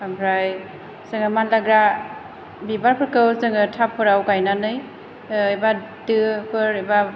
आमफ्राय जोङो मानलाग्रा बिबारफोरखौ जोङो थाबफोराव गायनानै एबा दोफोर एबा